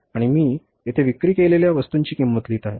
आणि मी येथे विक्री केलेल्या वस्तूंची किंमत लिहित आहे